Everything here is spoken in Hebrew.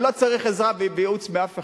אני לא צריך עזרה וייעוץ מאף אחד,